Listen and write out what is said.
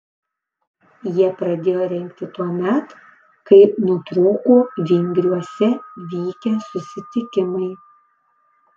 jie pradėti rengti tuomet kai nutrūko vygriuose vykę susitikimai